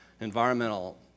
environmental